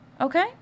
okay